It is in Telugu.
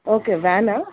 ఓకే వ్యానా